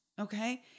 okay